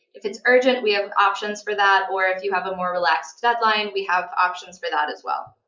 if it's urgent, we have options for that, or if you have a more relaxed deadline, we have options for that as well.